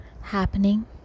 happening